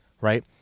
Right